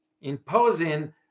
imposing